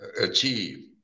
achieve